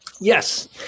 Yes